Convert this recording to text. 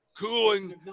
Cooling